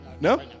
No